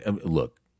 look